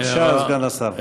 בבקשה, סגן השר.